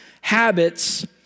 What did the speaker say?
habits